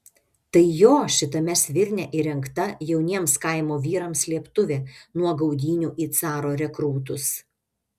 tai jo šitame svirne įrengta jauniems kaimo vyrams slėptuvė nuo gaudynių į caro rekrūtus